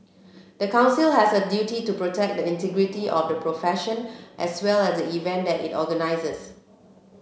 the Council has a duty to protect the integrity of the profession as well as the event that it organises